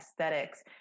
aesthetics